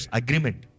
agreement